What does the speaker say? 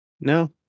No